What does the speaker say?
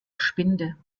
spinde